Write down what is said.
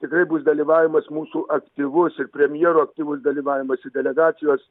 tikrai bus dalyvavimas mūsų aktyvus ir premjero aktyvus dalyvavimas ir delegacijos